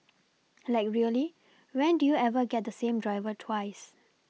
like really when do you ever get the same driver twice